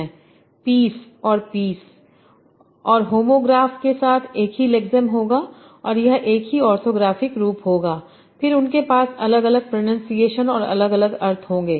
'piece' टुकड़ा और 'peace' शांति और होमोग्राफ के साथ एक ही लेक्समेस होगा और यह एक ही ऑर्थोग्राफिक रूप होगा फिर उनके पास अलग प्रनंसीएशन और अलग अलग अर्थ होंगे